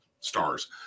stars